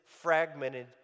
fragmented